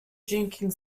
drinking